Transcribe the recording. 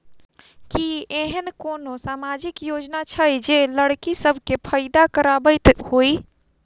की एहेन कोनो सामाजिक योजना छै जे लड़की सब केँ फैदा कराबैत होइ?